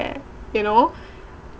you know